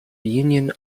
union